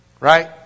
Right